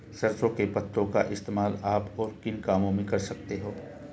सरसों के पत्तों का इस्तेमाल आप और किन कामों में कर सकते हो?